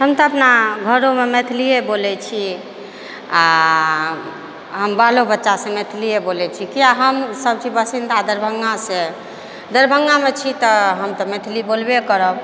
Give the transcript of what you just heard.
हम तऽ अपना घरोमे मैथिलिए बोलै छी आओर हम बालो बच्चासँ मैथिलिए बोलै छी किए हमसभ छी बसिन्दा दरभङ्गासँ दरभङ्गामे छी तऽ हम तऽ मैथिली बोलबे करब